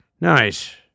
Nice